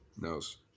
Nose